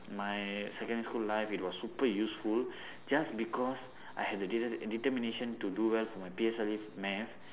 my secondary school life it was super useful just because I had the deter~ determination to do well for my P_S_L_E math